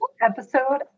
episode